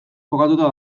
kokatuta